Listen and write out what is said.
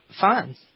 Fun